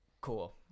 Cool